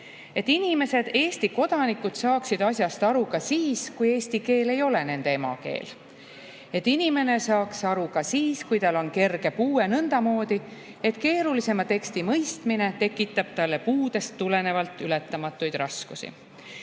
Et inimesed, Eesti kodanikud saaksid asjast aru ka siis, kui eesti keel ei ole nende emakeel. Et inimene saaks aru ka siis, kui tal on kerge puue – nõndamoodi, et keerulisema teksti mõistmine tekitab talle puudest tulenevalt ületamatuid raskusi.